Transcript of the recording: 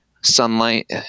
sunlight